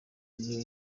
kunyerera